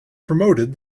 promoted